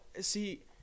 See